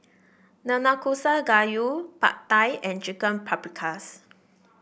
Nanakusa Gayu Pad Thai and Chicken Paprikas